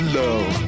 love